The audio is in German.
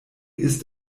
ist